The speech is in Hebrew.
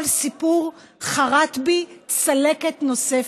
כל סיפור חרת בי צלקת נוספת.